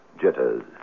Jitters